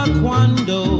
cuando